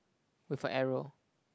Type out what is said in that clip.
with a arrow